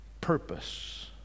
purpose